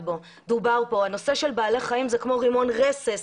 נושא בעלי החיים הוא כמו רימון רסס